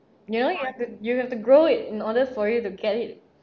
you know you have to you have to grow it in order for you to get it